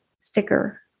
sticker